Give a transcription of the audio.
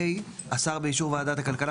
(ה) "השר באישור ועדת הכלכלה,